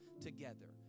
together